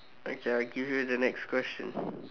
okay I give you the next question